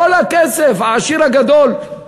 כל הכסף, העשיר הגדול.